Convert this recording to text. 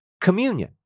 communion